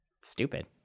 Stupid